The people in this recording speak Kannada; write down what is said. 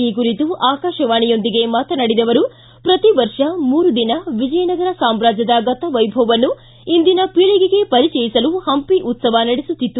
ಈ ಕುರಿತು ಆಕಾಶವಾಣಿಯೊಂದಿಗೆ ಮಾತನಾಡಿದ ಅವರು ಪ್ರತಿ ವರ್ಷ ಮೂರು ದಿನ ವಿಜಯನಗರ ಸಾಮಾಜ್ಯದ ಗತ ವೈಭವವನ್ನು ಇಂದಿನ ಪೀಳಿಗೆಗೆ ಪರಿಚಯಿಸಲು ಹಂಪಿ ಉತ್ಸವ ನಡೆಸುತ್ತಿತ್ತು